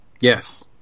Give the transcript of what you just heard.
Yes